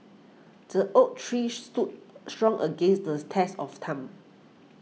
the oak tree stood strong against the test of time